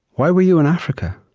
why were you in africa?